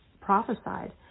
prophesied